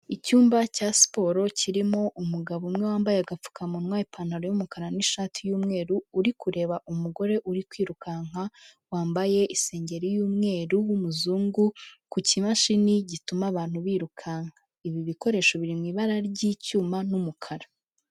Icyumba cya siporo kirimo umugabo umwe wambaye agapfukamunwa, ipantaro y'umukara n'ishati y'umweru uri kureba umugore uri kwirukanka wambaye isengeri y'umweru w'umuzungu ku kimashini gituma abantu birukanka, ibi bikoresho biri mu ibara ry'icyuma n'umukara.